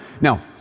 Now